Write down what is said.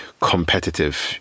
competitive